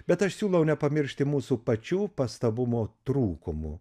bet aš siūlau nepamiršti mūsų pačių pastabumo trūkumų